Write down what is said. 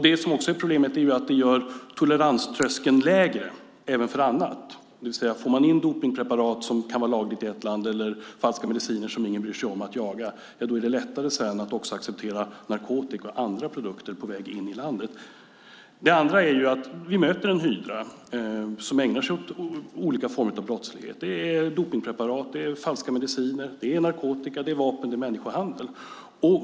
Det som också är ett problem är att det gör toleranströskeln lägre även för annat, det vill säga att får man in dopningspreparat som kan vara lagligt i ett land eller falska mediciner som ingen bryr sig om att jaga, är det lättare att också acceptera narkotika och andra produkter på väg in i landet. Det andra problemet är att vi möter en hydra som ägnar sig åt olika former av brottslighet som dopningspreparat, falska mediciner, narkotika, vapen och människohandel.